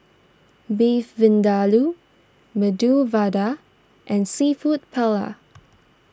Beef Vindaloo Medu Vada and Seafood Paella